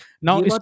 Now